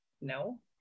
no